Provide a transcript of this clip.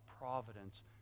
providence